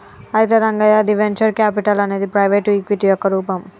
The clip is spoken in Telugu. అయితే రంగయ్య ది వెంచర్ క్యాపిటల్ అనేది ప్రైవేటు ఈక్విటీ యొక్క రూపం